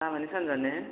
लामानि सान्जा ने